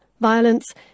violence